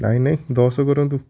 ନାଇଁ ନାଇଁ ଦଶ କରନ୍ତୁ